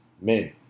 men